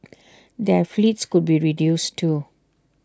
their fleets could be reduced too